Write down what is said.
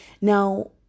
now